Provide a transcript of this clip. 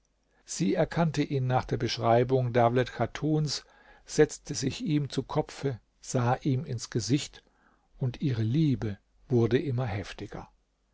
sie erkannte ihn nach der beschreibung dawlet chatuns setzte sich ihm zu kopfe sah ihm ins gesicht und ihre liebe wurde immer heftiger